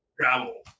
Travel